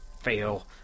Fail